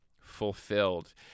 fulfilled